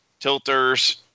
tilters